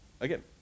again